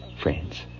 Friends